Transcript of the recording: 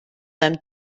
them